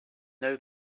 know